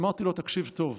אמרתי לו: תקשיב טוב,